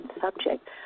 subject